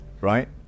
Right